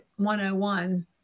101